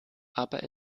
aber